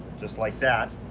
just like that.